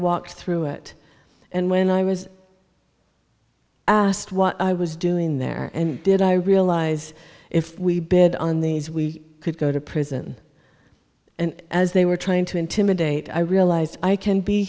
walked through it and when i was asked what i was doing there and did i realize if we bid on these we could go to prison and as they were trying to intimidate i realized i can be